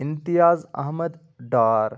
Imtiaz Ahmad Dar